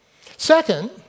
Second